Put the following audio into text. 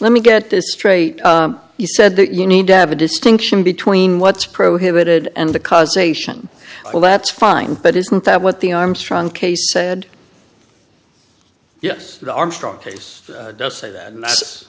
let me get this straight he said that you need to have a distinction between what's prohibited and the causation well that's fine but isn't that what the armstrong case said yes armstrong case does say that and that's